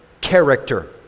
character